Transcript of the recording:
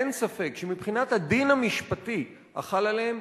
אין ספק שמבחינת הדין המשפטי החל עליהם,